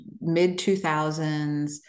mid-2000s